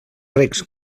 recs